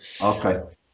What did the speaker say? Okay